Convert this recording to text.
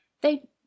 They